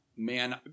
Man